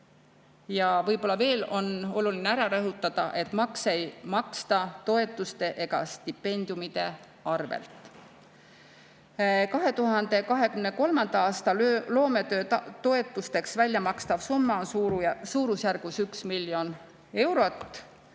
Võib-olla on oluline veel rõhutada, et makse ei maksta toetuste ja stipendiumide arvelt. 2023. aasta loometöötoetusteks väljamakstav summa on suurusjärgus 1 miljon eurot